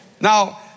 Now